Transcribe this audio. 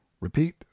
repeat